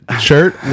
shirt